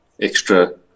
extra